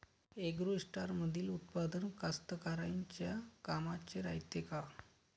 ॲग्रोस्टारमंदील उत्पादन कास्तकाराइच्या कामाचे रायते का?